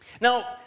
Now